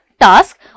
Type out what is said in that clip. task